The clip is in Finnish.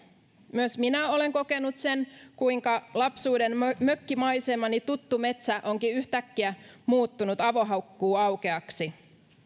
myös minä olen kokenut sen kuinka lapsuuden mökkimaisemani tuttu metsä onkin yhtäkkiä muuttunut avohakkuuaukeaksi